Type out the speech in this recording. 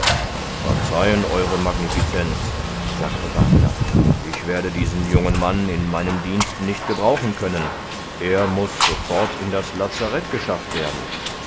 verzeihen euere magnifizenz sagte wagner ich werde diesen jungen mann in meinem dienst nicht gebrauchen können er muß sofort in das lazarett geschafft werden